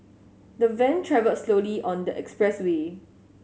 the van travelled slowly on the expressway